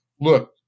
Look